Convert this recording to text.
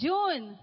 June